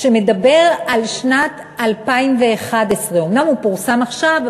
שמדבר על שנת 2011. אומנם הוא פורסם עכשיו,